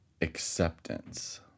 acceptance